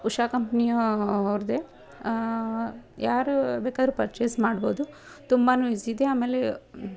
ಉಷಾ ಕಂಪ್ನಿಯ ಅವ್ರದ್ದೆ ಯಾರು ಬೇಕಾದ್ರು ಪರ್ಚೇಸ್ ಮಾಡ್ಬೋದು ತುಂಬಾ ಈಝಿದೆ ಆಮೇಲೆ